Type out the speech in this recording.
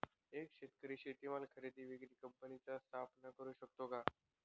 एक शेतकरी शेतीमाल खरेदी विक्री कंपनीची स्थापना करु शकतो का?